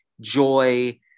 joy